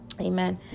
amen